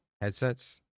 headsets